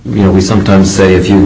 real we sometimes say if you